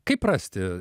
kaip rasti